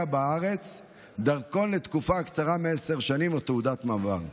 בארץ דרכון לתקופה הקצרה מעשר שנים או תעודת מעבר.